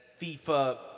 FIFA